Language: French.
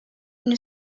une